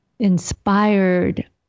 inspired